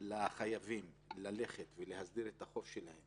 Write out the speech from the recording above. לחייבים להסדיר את החוב שלהם